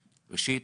ראשית,